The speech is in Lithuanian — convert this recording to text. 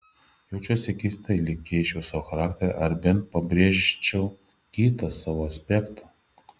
jaučiuosi keistai lyg keisčiau savo charakterį ar bent pabrėžčiau kitą savo aspektą